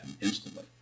instantly